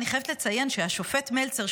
אני חייבת לציין שהשופט מלצר,